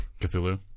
Cthulhu